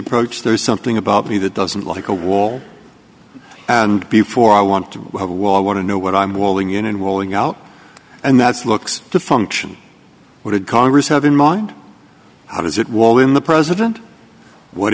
approach there is something about me that doesn't like a wall and before i want to have a wall want to know what i'm walling in and rolling out and that's looks to function what did congress have in mind how does it wall in the president what